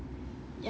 ya